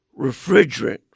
refrigerant